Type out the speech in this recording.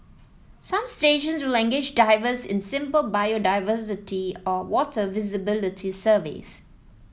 some stations will engage divers in simple biodiversity or water visibility surveys